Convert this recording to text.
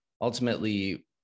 ultimately